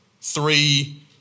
three